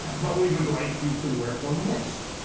but we would like you to work on this.